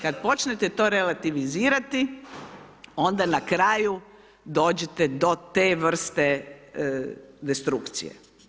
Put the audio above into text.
Kad počnete to relativizirati, onda na kraju dođete do te vrste destrukcije.